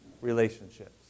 relationships